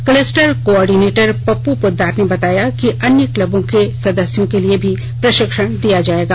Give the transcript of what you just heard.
cluster coordinator Pappu Poddar ने बताया कि अन्य क्लबों के सदस्यों के लिए भी प्रषिक्षण दिया जाएगा